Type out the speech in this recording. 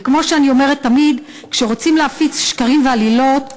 וכמו שאני אומרת תמיד: כשרוצים להפיץ שקרים ועלילות,